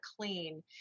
clean